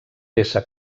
peça